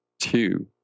two